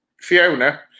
Fiona